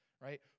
right